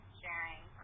sharing